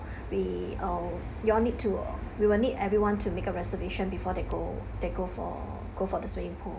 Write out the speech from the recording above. we uh you all need to we will need everyone to make a reservation before they go they go for go for the swimming pool